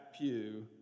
pew